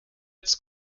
its